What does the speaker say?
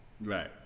Right